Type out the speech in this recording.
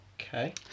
okay